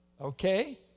Okay